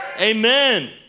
Amen